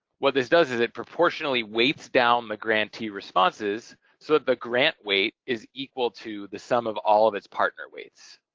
what this does is it proportionally weights down the grantee responses so the grant weight is equal to the sum of all of its partner weights.